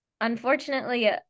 unfortunately